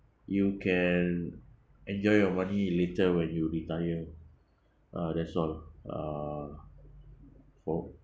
you can enjoy your money later when you retire uh that's all uh for